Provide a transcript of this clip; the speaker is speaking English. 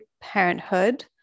parenthood